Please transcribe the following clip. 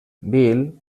bill